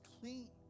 clean